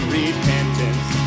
repentance